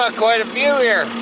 ah quite a few here.